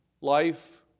life